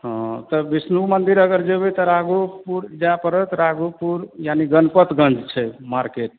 हँ तऽ विष्णु मन्दिर अगर जेबै तऽ राघोपुर जा पड़त राघोपुर यानी गणपतगञ्ज छै मार्केट